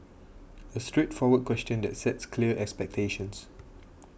a straightforward question that sets clear expectations